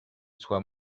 soient